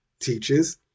teaches